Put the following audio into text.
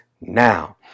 now